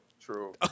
True